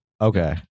Okay